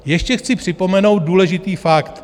Ještě chci připomenout důležitý fakt.